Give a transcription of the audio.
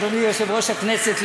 אדוני יושב-ראש הכנסת,